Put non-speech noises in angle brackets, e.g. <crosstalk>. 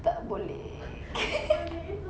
tak boleh <laughs>